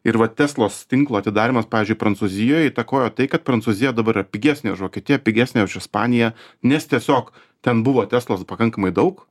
ir va teslos tinklo atidarymas pavyzdžiui prancūzijoj įtakojo tai kad prancūzija dabar yra pigesnė už vokietiją pigesnė už ispaniją nes tiesiog ten buvo teslos pakankamai daug